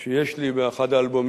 בת 60 שנה שיש לי באחד האלבומים,